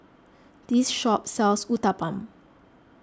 this shop sells Uthapam